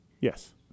Yes